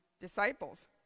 disciples